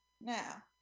now